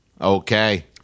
Okay